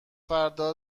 فردا